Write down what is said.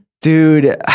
dude